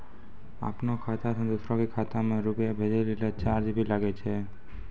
आपनों खाता सें दोसरो के खाता मे रुपैया भेजै लेल चार्ज भी लागै छै?